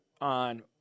on